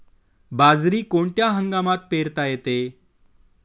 बाजरी कोणत्या हंगामात पेरता येते?